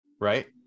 Right